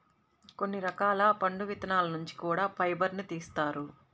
కొన్ని రకాల పండు విత్తనాల నుంచి కూడా ఫైబర్ను తీత్తారు